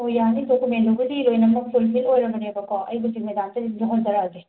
ꯑꯣ ꯌꯥꯅꯤ ꯗꯣꯀꯨꯃꯦꯟꯗꯨꯕꯨꯗꯤ ꯂꯣꯏꯅꯃꯛ ꯐꯨꯜꯐꯤꯜ ꯑꯣꯏꯔꯕꯅꯦꯕꯀꯣ ꯑꯩꯕꯨꯗꯤ ꯃꯦꯗꯥꯝꯗ ꯑꯗꯨꯝ ꯌꯧꯍꯟꯖꯔꯛꯑꯒꯦ